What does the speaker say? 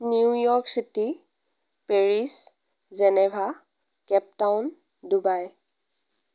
New York city Paris Geneva Cape Town Dubai